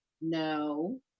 No